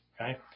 Okay